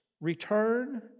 return